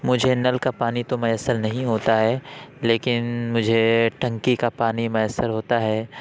مجھے نل کا پانی تو میسر نہیں ہوتا ہے لیکن مجھے ٹنکی کا پانی میسر ہوتا ہے